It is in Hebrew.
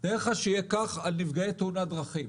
תאר לך שיהיה כך על נפגעי תאונות דרכים,